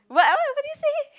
what else what did you say